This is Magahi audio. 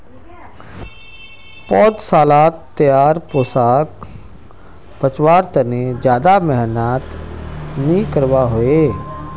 पौधसालात तैयार पौधाक बच्वार तने ज्यादा मेहनत नि करवा होचे